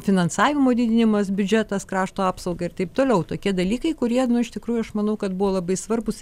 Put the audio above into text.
finansavimo didinimas biudžetas krašto apsaugai ir taip toliau tokie dalykai kurie iš tikrųjų aš manau kad buvo labai svarbūs